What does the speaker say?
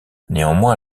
néanmoins